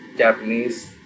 Japanese